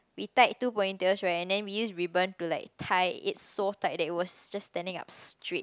we tied two pony tails right then we used ribbon to like tie it so tight that it was just standing up straight